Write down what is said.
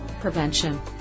prevention